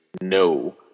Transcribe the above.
no